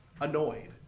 annoyed